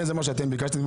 זה מה שאתם ביקשתם.